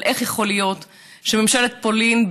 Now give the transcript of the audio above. על איך יכול להיות שממשלת פולין,